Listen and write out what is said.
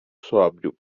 sóbrio